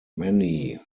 many